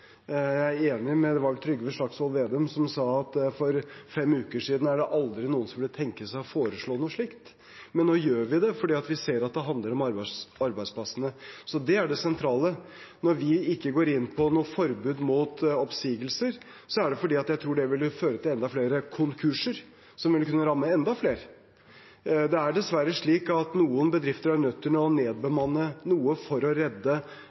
Jeg er enig i – det var vel Trygve Slagsvold Vedum som sa det – at for fem uker siden var det ingen som kunne tenke seg å foreslå noe slikt, men nå gjør vi det, for vi ser at det handler om arbeidsplassene. Så det er det sentrale. Når vi ikke går inn for noe forbud mot oppsigelser, er det fordi jeg tror det ville føre til enda flere konkurser, som ville kunne ramme enda flere. Det er dessverre slik at noen bedrifter nå er nødt til å nedbemanne noe for å redde